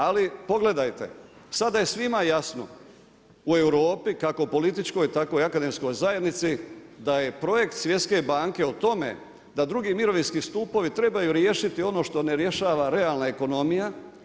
Ali, pogledajte, sada je svima jasno u Europi kako političkoj tako i u akademskoj zajednici, da je projekt Svjetske banke o tome, da 2. mirovinski stupovi trebaju riješiti ono što ne rješava realna ekonomija.